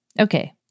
Okay